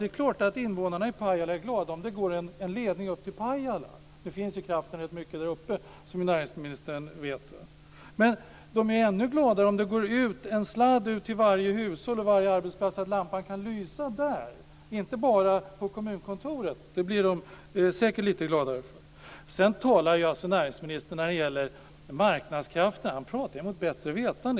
Det är klart att invånarna i Pajala är glada om det går en ledning upp till Pajala. Det finns ju också rätt mycket kraft där uppe som näringsministern vet. Men de blir ännu gladare om det går ut en sladd till varje hushåll och varje arbetsplats så att lampan kan lysa också där och inte bara på kommunkontoret. Det blir de säkert lite gladare för. Sedan talar näringsministern mot bättre vetande när det gäller marknadskrafterna.